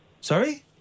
Sorry